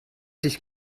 dich